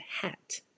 hat